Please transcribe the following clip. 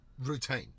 routine